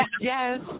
Yes